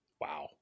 Wow